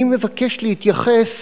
אני מבקש להתייחס